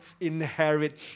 inherit